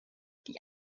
die